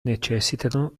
necessitano